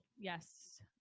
Yes